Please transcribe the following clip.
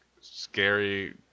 scary